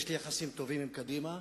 יש לי יחסים טובים עם קדימה,